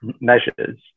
measures